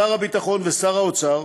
שר הביטחון ושר האוצר